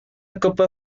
copa